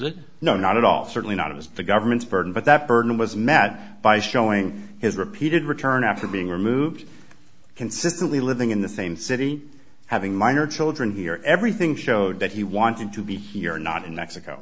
it no not at all certainly not it was the government's burden but that burden was met by showing his repeated return after being removed consistently living in the same city having minor children here everything showed that he wanted to be here not in mexico